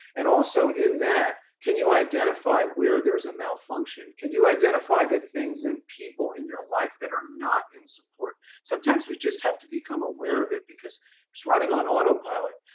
and also in that, can you identify where there is a malfunction? can you identify the things and people in your life that are not in support? sometimes we just have to become aware of it because it's running on autopilot.